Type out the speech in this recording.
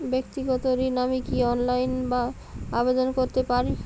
ব্যাক্তিগত ঋণ আমি কি অনলাইন এ আবেদন করতে পারি?